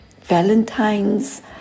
Valentine's